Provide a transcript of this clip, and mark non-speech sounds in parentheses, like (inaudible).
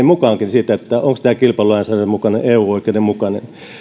(unintelligible) mukaan siitä onko tämä kilpailulainsäädännön mukainen eu oikeuden mukainen